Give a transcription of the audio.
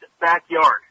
backyard